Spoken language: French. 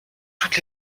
toutes